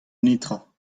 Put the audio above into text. netra